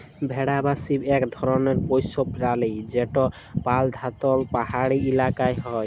ভেড়া বা শিপ ইক ধরলের পশ্য পেরালি যেট পরধালত পাহাড়ি ইলাকায় হ্যয়